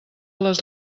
les